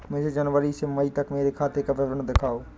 मुझे जनवरी से मई तक मेरे खाते का विवरण दिखाओ?